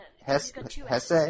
Hesse